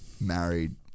married